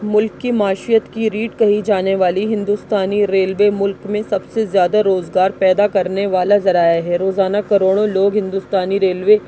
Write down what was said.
ملک کی معاشیت کی ریڑھ کہی جانے والی ہندوستانی ریلوے ملک میں سب سے زیادہ روزگار پیدا کرنے والا ذرائع ہے روزانہ کروڑوں لوگ ہندوستانی ریلوے